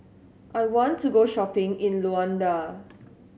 I want to go shopping in Luanda